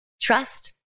Trust